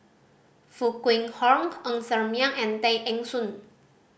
Foo Kwee Horng Ng Ser Miang and Tay Eng Soon